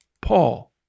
Paul